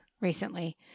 recently